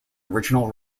original